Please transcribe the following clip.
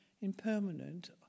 impermanent